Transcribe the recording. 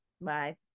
bye